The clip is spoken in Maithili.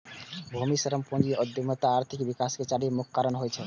भूमि, श्रम, पूंजी आ उद्यमिता आर्थिक विकास के चारि मुख्य कारक होइ छै